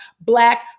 black